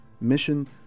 mission